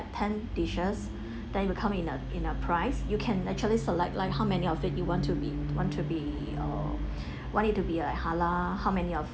ten dishes then it will come in a in a price you can actually select like how many of it you want to be want to be uh want it to be a halal how many of